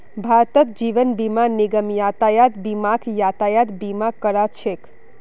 भारतत जीवन बीमा निगम यातायात बीमाक यातायात बीमा करा छेक